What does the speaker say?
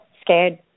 scared